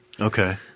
Okay